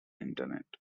internet